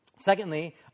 Secondly